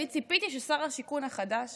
אני ציפיתי ששר השיכון החדש